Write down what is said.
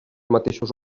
mateixos